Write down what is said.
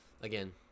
Again